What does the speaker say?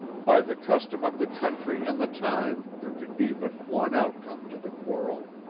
by the custom of the country and the time there could be but one outcome to the quarrel.